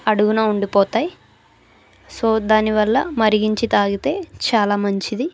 అడుగున ఉండిపోతాయి సో దానివల్ల మరిగించి తాగితే చాలా మంచిది